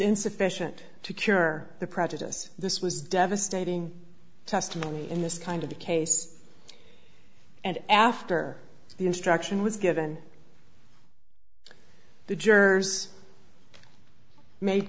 insufficient to cure the prejudice this was devastating testimony in this kind of a case and after the instruction was given the jurors made